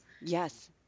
Yes